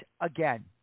again